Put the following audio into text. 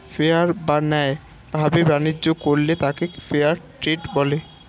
fair বা ন্যায় ভাবে বাণিজ্য করলে তাকে ফেয়ার ট্রেড বলে